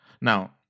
Now